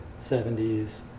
70s